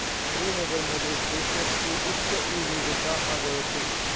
श्रीनगरमध्ये केशरची उच्च विविधता आढळते